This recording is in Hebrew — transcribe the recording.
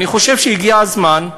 ואני חושב שהגיע הזמן,